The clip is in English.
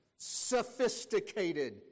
sophisticated